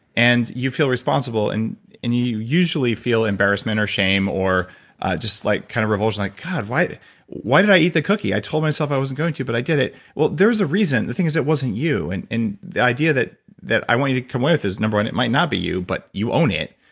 and you feel responsible and and you usually feel embarrassment or shame or just like kind of revulsion like, god. why why did i eat the cookie? i told myself i wasn't going to, but i did it. well, there's a reason. the thing is it wasn't you. and the idea that that i want you to come with is number one, it might not be you, but you own it.